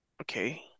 Okay